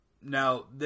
Now